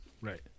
right